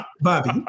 Bobby